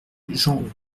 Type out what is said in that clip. jean